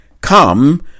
come